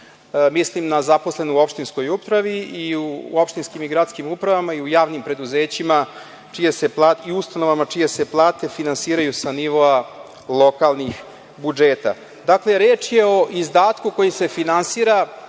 mislim na zaposlene u opštinskoj upravi i opštinskim i gradskim upravama i u javnim preduzećima čije se plate finansiraju sa nivoa lokalnih budžeta. Dakle, reč je o izdatku koji se finansira